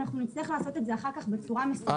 נצטרך לעשות את זה אחר כך בצורה מסודרת.